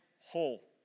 whole